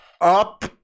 up